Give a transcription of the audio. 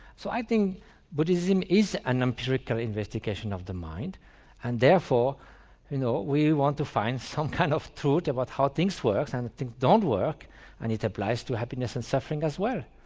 so i think buddhism is an empirical investigation of the mind and therefore you know we want to find some kind of truth about how things work and don't work and it applies to happiness and suffering as well.